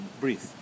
breathe